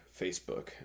Facebook